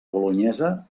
bolonyesa